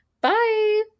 bye